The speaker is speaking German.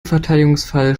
verteidigungsfall